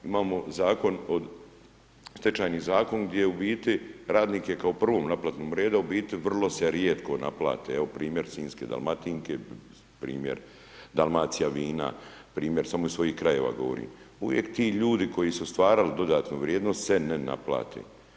Imamo Zakon od, stečajni Zakon gdje u biti radnik je kao u prvom naplatnom redu, a u biti vrlo se rijetko naplate, evo primjer sinjska Dalmatinke, primjer Dalmacija vina, primjer samo iz svojih krajeva govorim, uvijek ti ljudi koji su stvarali dodatnu vrijednost se ne naplate.